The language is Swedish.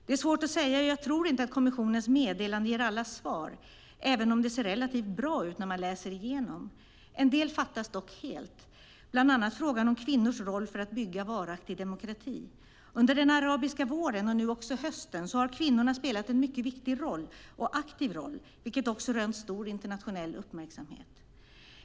Det är svårt att säga, och jag tror inte att kommissionens meddelande ger alla svar, även om det ser relativt bra ut när man läser igenom det. En del fattas dock helt, bland annat frågan om kvinnors roll för att bygga varaktig demokrati. Under den arabiska våren och nu också hösten har kvinnorna spelat en mycket viktig och aktiv roll, vilket har rönt stor internationell uppmärksamhet.